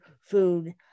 food